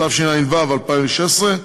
התשע"ו 2016,